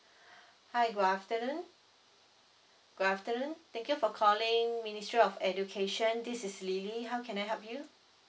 hi good afternoon good afternoon thank you for calling ministry of education this is lily how can I help you